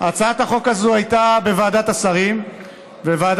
הצעת החוק הזאת הייתה בוועדת השרים וועדת